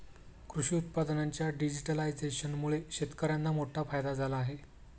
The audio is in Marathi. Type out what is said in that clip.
कृषी उत्पादनांच्या डिजिटलायझेशनमुळे शेतकर्यांना मोठा फायदा झाला आहे